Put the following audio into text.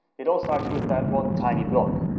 it all starts with that one tiny block.